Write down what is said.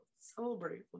celebrate